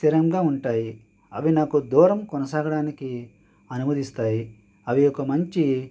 స్థిరంగా ఉంటాయి అవి నాకు దూరం కొనసాగడానికి అనుమతిస్తాయి అవి ఒక మంచి